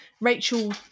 Rachel